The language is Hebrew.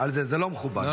זה לא מכובד.